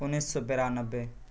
انیس سو بانوے